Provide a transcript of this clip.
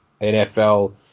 NFL